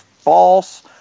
false